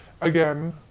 Again